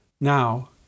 Now